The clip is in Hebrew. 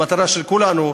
המטרה של כולנו,